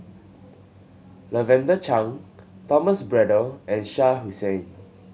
Lavender Chang Thomas Braddell and Shah Hussain